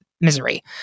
Misery